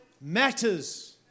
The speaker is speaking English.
matters